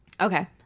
Okay